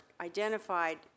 identified